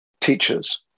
teachers